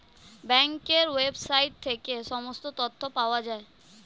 ব্যাঙ্কের ওয়েবসাইট থেকে সমস্ত তথ্য পাওয়া যায়